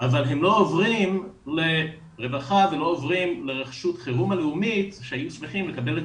אבלה ם לא עוברים לרווחה ולא לרח"ל שהיו שמחים לקבל את